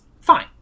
fine